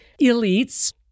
elites